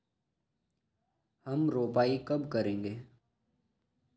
हम रोपाई कब करेंगे?